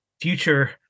future